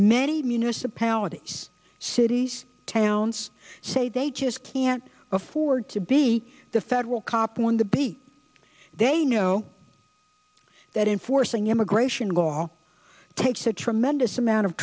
many municipalities cities towns say they just can't afford to be the federal cop one to be they know that enforcing immigration law takes a tremendous amount of